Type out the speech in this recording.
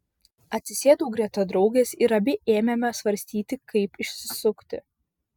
atsisėdau greta draugės ir abi ėmėme svarstyti kaip išsisukti